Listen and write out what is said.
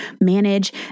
manage